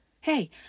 hey